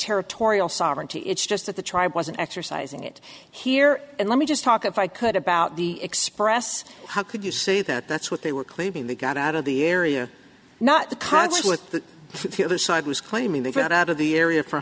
territorial sovereignty it's just that the tribe wasn't exercising it here and let me just talk if i could about the express how could you say that that's what they were claiming they got out of the area not the conflict with the other side was claiming they got out of the area for